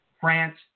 France